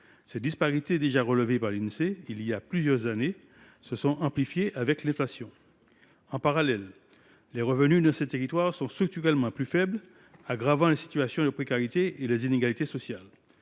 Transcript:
Ces disparités, déjà relevées par l’Insee il y a plusieurs années, se sont amplifiées avec l’inflation. En parallèle, les revenus de ces territoires sont structurellement plus faibles, aggravant les situations de précarité et les inégalités sociales.